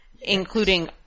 including